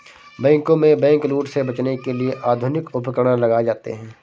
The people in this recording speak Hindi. बैंकों में बैंकलूट से बचने के लिए आधुनिक उपकरण लगाए जाते हैं